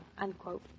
unquote